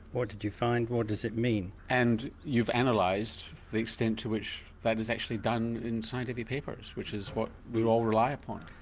what did you find, what does it mean? and you've and like analysed the extent to which that is actually done in scientific papers which is what we all rely upon?